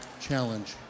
challenge